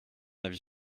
avis